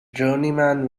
journeyman